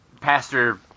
Pastor